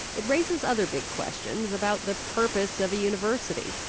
it raises other big questions about the purpose of a university.